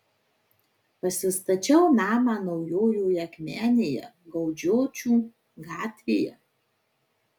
pasistačiau namą naujojoje akmenėje gaudžiočių gatvėje